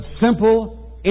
simple